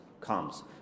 comes